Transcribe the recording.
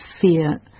fear